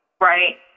Right